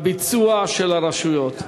הביצוע של הרשויות,